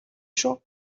шүү